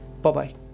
Bye-bye